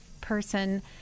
person